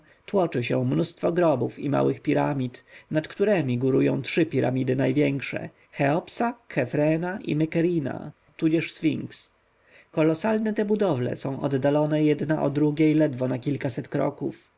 tłoczy się mnóstwo grobów i małych piramid nad któremi górują trzy piramidy największe cheopsa khefrena i mykerina tudzież sfinks kolosalne te budowle są oddalone jedna od drugiej ledwo na kilkaset kroków